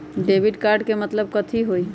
Debit card के मतलब कथी होई?